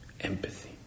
Empathy